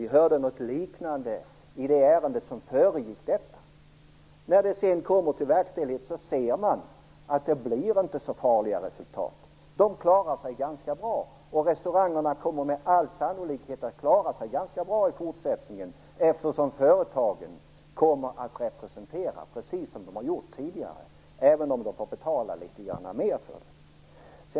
Vi hörde något liknande i det ärende som föregick detta. När det sedan kommer till verkställighet ser man att resultaten inte blir så farliga. Branscherna klarar sig ganska bra. Restaurangerna kommer med all sannolikhet också att klara sig ganska bra i fortsättningen eftersom företagen kommer att representera precis som de har gjort tidigare, även om de får betala litet mer för det.